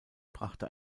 brachte